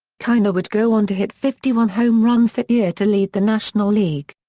kiner would go on to hit fifty one home runs that year to lead the national league.